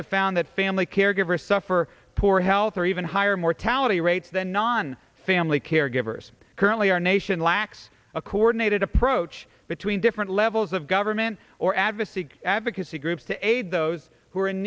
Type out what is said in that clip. have found that family caregivers suffer poor health or even higher mortality rates than non family caregivers currently our nation lacks a coordinated approach between different levels of government or advocacy advocacy groups to aid those who are in